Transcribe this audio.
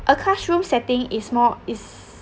a classroom setting is more is